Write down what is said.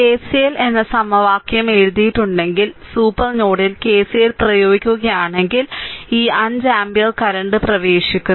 KCL എന്ന സമവാക്യം എഴുതിയിട്ടുണ്ടെങ്കിൽ സൂപ്പർ നോഡിൽ KCL പ്രയോഗിക്കുകയാണെങ്കിൽ ഈ 5 ആമ്പിയർ കറന്റ് പ്രവേശിക്കുന്നു